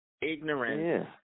Ignorant